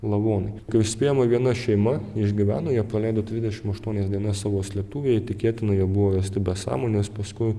lavonai kaip spėjama viena šeima išgyveno jie praleido trisdešim aštuonias dienas savo slėptuvėj tikėtina jie buvo rasti be sąmonės paskui